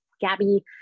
Gabby